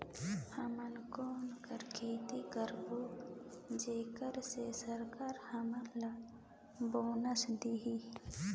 हमन कौन का खेती करबो जेकर से सरकार हमन ला बोनस देही?